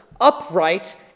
upright